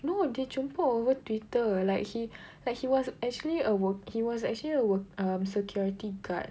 no they jumpa over Twitter like he like he was actually a work he was actually a work um security guard